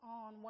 on